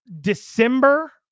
December